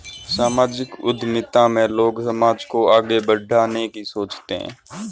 सामाजिक उद्यमिता में लोग समाज को आगे बढ़ाने की सोचते हैं